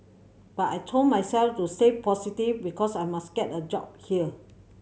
but I told myself to stay positive because I must get a job here